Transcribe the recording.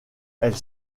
elles